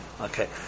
okay